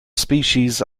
species